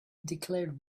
declared